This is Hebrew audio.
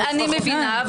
אני מבינה.